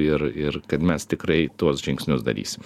ir ir kad mes tikrai tuos žingsnius darysim